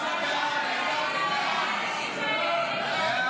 סעיפים 4-3 כהצעת הוועדה נתקבלו.